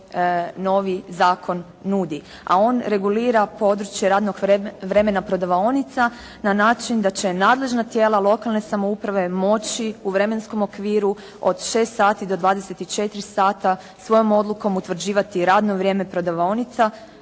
novi zakon nudi. A on regulira područje radnog vremena prodavaonica na način da će nadležna lokalne samouprave moći u vremenskom okviru od 6 sati do 24 sata svojom odlukom utvrđivati radno vrijeme prodavaonica,